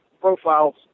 profiles